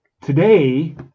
today